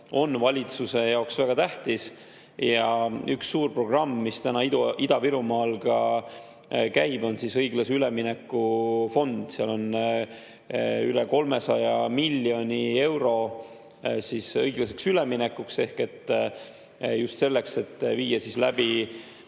on valitsuse jaoks väga tähtis. Üks suur programm, mis praegu Ida-Virumaal käib, on õiglase ülemineku fond. Seal on üle 300 miljoni euro õiglaseks üleminekuks, just selleks, et viia läbi